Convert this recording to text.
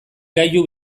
gailu